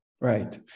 Right